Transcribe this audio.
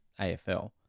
AFL